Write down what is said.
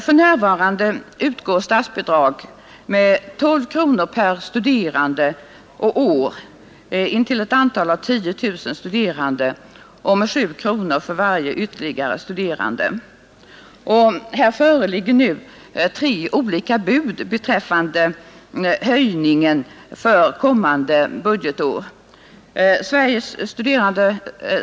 För närvarande utgår statsbidrag med 12 kronor per studerande och år intill ett antal av 10000 studerande och med 7 kronor för varje ytterligare studerande. Här föreligger tre olika bud beträffande höjningen för kommande budgetår.